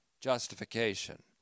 Justification